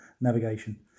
navigation